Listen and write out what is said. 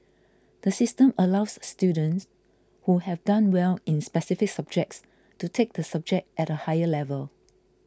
the system allows students who have done well in specific subjects to take the subject at a higher level